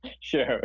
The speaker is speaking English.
sure